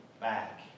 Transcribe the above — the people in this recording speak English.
back